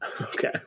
Okay